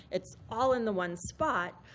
it's all in the one spot.